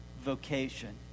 vocation